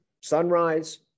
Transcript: sunrise